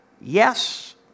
Yes